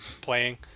playing